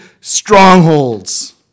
strongholds